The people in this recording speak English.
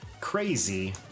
Crazy